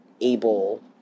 able